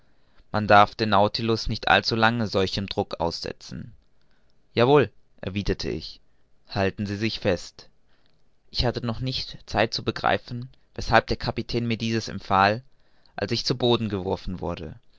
man darf den nautilus nicht allzulange solchem druck aussetzen ja wohl erwiderte ich halten sie sich fest ich hatte noch nicht zeit zu begreifen weshalb der kapitän mir dieses empfahl als ich zu boden geworfen wurde